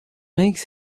makes